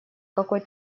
какой